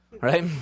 Right